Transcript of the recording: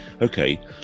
okay